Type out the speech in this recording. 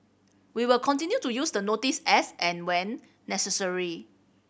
we will continue to use the notice as and when necessary